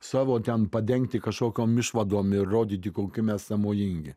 savo ten padengti kažkokiom išvadom ir rodyti kokie mes sąmojingi